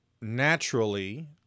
naturally